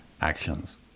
actions